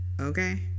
okay